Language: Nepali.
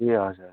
ए हजुर हजुर